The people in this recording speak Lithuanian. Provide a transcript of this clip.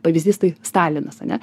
pavyzdys tai stalinas ane